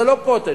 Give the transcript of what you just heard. זה לא "קוטג'",